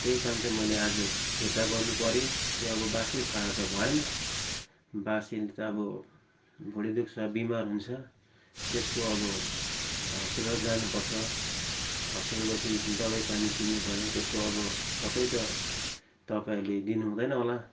त्यही कारण चाहिँ मैले आज फिर्ता गर्नुपर्यो त्यो अब बासी खाएर त भएन बासीले त अब भुँडी दुख्छ बिमार हुन्छ त्यसको अब हस्पिटल जानुपर्छ हस्पिटल गएपछि दबाई पानी किन्नुपर्यो त्यसको अब सबै त तपाईँहरूले दिनु हुँदैन होला